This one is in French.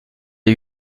des